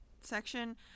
section